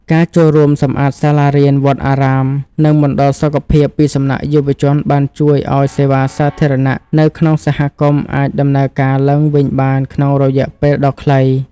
ការចូលរួមសម្អាតសាលារៀន វត្តអារាម និងមណ្ឌលសុខភាពពីសំណាក់យុវជន បានជួយឱ្យសេវាសាធារណៈនៅក្នុងសហគមន៍អាចដំណើរការឡើងវិញបានក្នុងរយៈពេលដ៏ខ្លី។